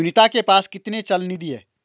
सुनीता के पास कितनी चल निधि है?